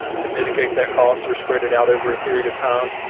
to mitigate that cost or spread it out over a period of time.